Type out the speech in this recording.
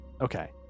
Okay